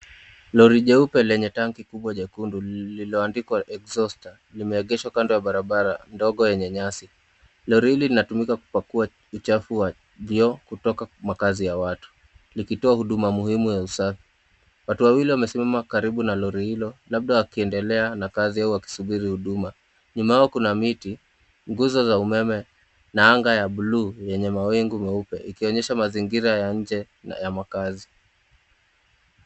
Lori jeupe lenye tanki kubwa jekundu lililoandikwa exhauster , limeegeshwa kando ya barabara ndogo yenye nyasi. Lori hili linatumika kupakua uchafu wa vyoo kutoka makazi ya watu, likitoa huduma muhimu ya usafi. Watu wawili wamesimama karibu na lori hilo labda wakiendelea na kazi au wakisubiri huduma. Nyuma yao kuna miti, nguzo za umeme na anga ya bluu yenye mawingu meupe ikionyesha mazingira ya nje ya makaazi.